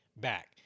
Back